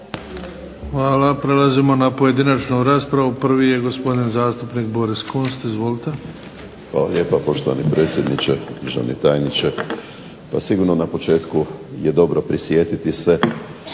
Hvala. Prelazimo na pojedinačnu raspravu. Prvi je gospodin zastupnik Boris Kunst. Izvolite. **Kunst, Boris (HDZ)** Hvala lijepa, poštovani predsjedniče. Državni tajniče. Pa sigurno na početku je dobro prisjetiti se